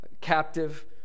captive